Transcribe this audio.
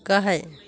गाहाय